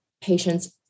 patients